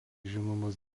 žinomas